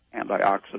antioxidant